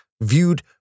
viewed